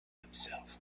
himself